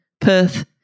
Perth